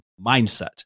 mindset